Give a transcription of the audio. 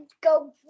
go